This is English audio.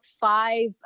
five